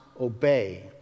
obey